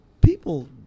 people